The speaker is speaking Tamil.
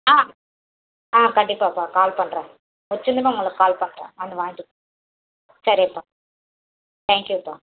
ஆ ஆ கண்டிப்பாப்பா கால் பண்ணுறேன் முடிச்சின்னு நான் உங்களுக்கு கால் பண்ணுறேன் வந்து வாங்கிட்டு போங்க சரிப்பா தேங்க்யூப்பா